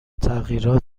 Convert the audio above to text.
تغییرات